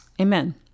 Amen